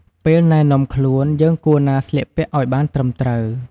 ពេលណែនាំខ្លួន យើងគួរណាស្លៀកពាក់ឲ្យបានត្រឹមត្រូវ។